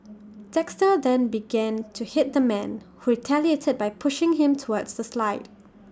Dexter then began to hit the man who retaliated by pushing him towards the slide